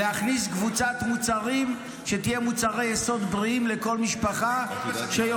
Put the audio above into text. להכניס קבוצת מוצרים שתהיה מוצרי יסוד בריאים לכל משפחה ----- כל